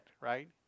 right